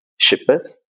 Shippers